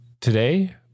today